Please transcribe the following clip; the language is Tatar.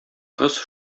кыз